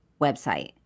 website